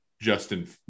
Justin